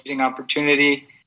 opportunity